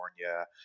California